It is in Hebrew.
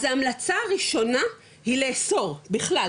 אז ההמלצה הראשונה היא לאסור בכלל,